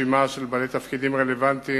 רשימה של בעלי תפקידים רלוונטיים,